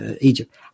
Egypt